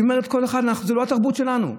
היא אומרת: זאת לא התרבות שלנו,